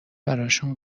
براشون